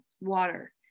water